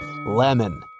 Lemon